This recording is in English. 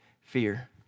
fear